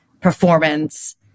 performance